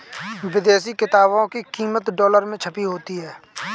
विदेशी किताबों की कीमत डॉलर में छपी होती है